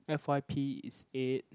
f_y_p is eight